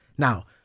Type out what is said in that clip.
Now